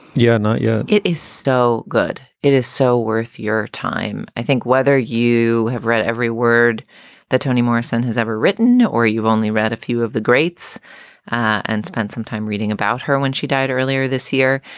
yeah, not you know, yeah it is so good it is so worth your time. i think whether you have read every word that toni morrison has ever written or you've only read a few of the greats and spent some time reading about her when she died earlier this year.